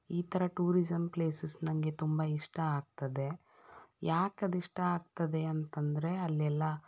ಈ ಥರ tourism places ನನಗೆ ತುಂಬ ಇಷ್ಟ ಆಗ್ತದೆ ಯಾಕೆ ಅದು ಇಷ್ಟ ಆಗ್ತದೆ ಅಂತ ಅಂದರೆ ಅಲ್ಲೆಲ್ಲ